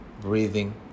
breathing